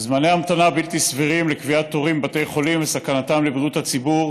זמני המתנה בלתי סבירים לקביעת תורים בבתי החולים וסכנה לבריאות הציבור,